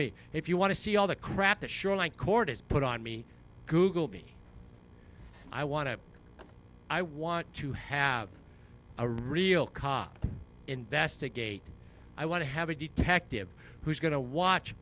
me if you want to see all the crap that sure like court is put on me google me i want to i want to have a real cop investigate i want to have a detective who's going to watch